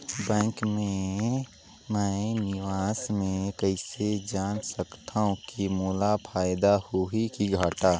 Bank मे मैं निवेश मे कइसे जान सकथव कि मोला फायदा होही कि घाटा?